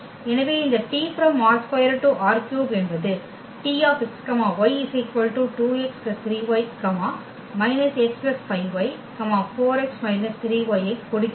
எனவே இந்த T ℝ2 → ℝ3 என்பது Tx y 2x 3y −x 5y 4x − 3y ஐ கொடுக்கிறது